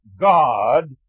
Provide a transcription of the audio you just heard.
God